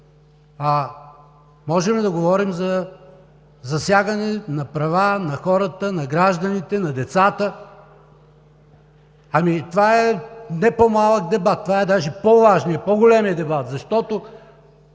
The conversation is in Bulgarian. може ли да говорим за засягане на права на хората, на гражданите, на децата? Ами, това не е по-малък дебат, това е даже по-важният, по-големият дебат. Защото